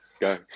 Go